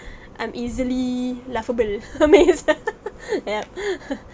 I'm easily laughable ya